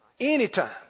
Anytime